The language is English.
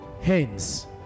hence